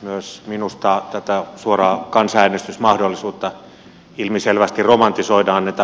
myös minusta tätä suoran kansanäänestyksen mahdollisuutta ilmiselvästi romantisoidaan